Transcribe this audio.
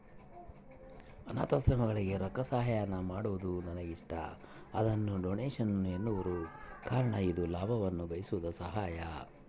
ಅನಾಥಾಶ್ರಮಗಳಿಗೆ ರೊಕ್ಕಸಹಾಯಾನ ಮಾಡೊದು ನನಗಿಷ್ಟ, ಅದನ್ನ ಡೊನೇಷನ್ ಎನ್ನುವರು ಕಾರಣ ಇದು ಲಾಭವನ್ನ ಬಯಸದ ಸಹಾಯ